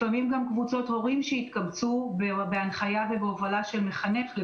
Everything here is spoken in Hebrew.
לפעמים גם קבוצות הורים שיתקבצו בהנחיה ובהובלה של מחנך כדי